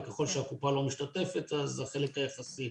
ככל שהקופה לא משתתפת, אז החלק היחסי.